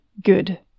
Good